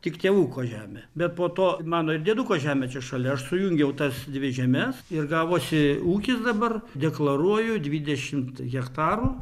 tik tėvuko žemė bet po to mano ir dieduko žemė čia šalia aš sujungiau tas dvi žemes ir gavosi ūkis dabar deklaruoju dvidešimt hektarų